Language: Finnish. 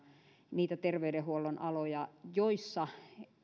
niitä terveydenhuollon erikoisaloja joissa